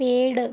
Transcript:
पेड़